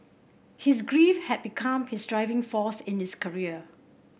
his grief had become his driving force in this career